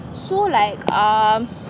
so like um